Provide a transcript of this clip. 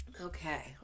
Okay